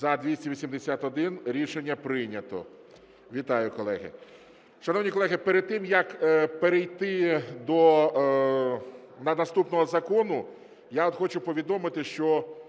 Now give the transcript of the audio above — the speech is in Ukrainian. За-281 Рішення прийнято. Вітаю, колеги. Шановні колеги, перед тим як перейти до наступного закону, я от хочу повідомити, що,